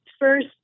First